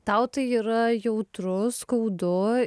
tau tai yra jautru skaudu